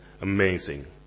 amazing